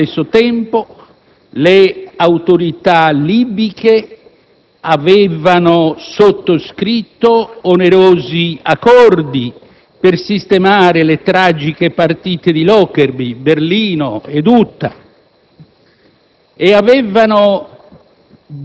Allo stesso tempo, le autorità libiche avevano sottoscritto onerosi accordi per sistemare le tragiche partite di Lockerbie, Berlino e Uta